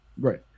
Right